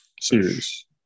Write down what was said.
Series